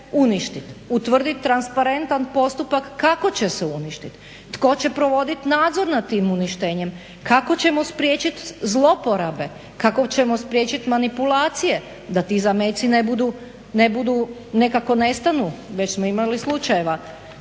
uništiti. Utvrditi transparentan postupak kako će se uništiti, tko će provoditi nadzor nad tim uništenjem, kako ćemo spriječiti zlouporabe, kako ćemo spriječiti manipulacije da ti zameci ne budu nekako nestanu, već smo imali slučajeva